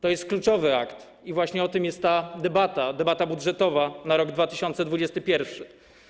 To jest kluczowy akt i właśnie o tym jest ta debata, debata budżetowa na rok 2021.